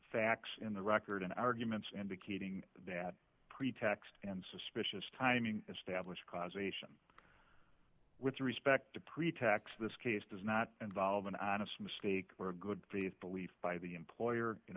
facts in the record and arguments indicating that pretext and suspicious timing established causation with respect to pretax this case does not involve an honest mistake or a good faith belief by the employer in